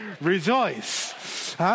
rejoice